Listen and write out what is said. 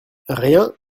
rien